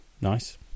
Nice